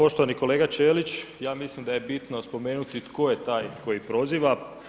Pa poštovani kolega Ćelić, ja mislim da je bitno spomenuti tko je taj koji proziva.